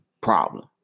problem